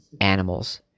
animals